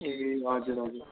ए हजुर हजुर